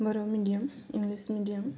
Bodo medium English medium